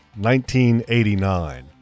1989